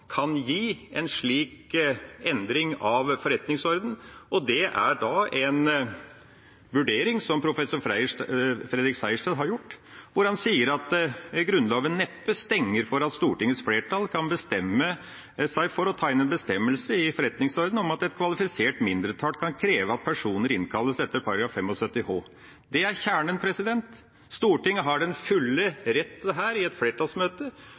kan foreta en slik endring av forretningsordenen. Det er en vurdering som professor Fredrik Sejersted har gjort, hvor han sier at Grunnloven neppe stenger for at Stortingets flertall kan bestemme seg for å ta inn en bestemmelse i forretningsordenen om at et kvalifisert mindretall kan kreve at personer innkalles etter § 75 h. Det er kjernen. Stortinget har den fulle rett til dette i et flertallsmøte,